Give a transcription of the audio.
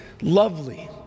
lovely